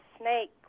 snake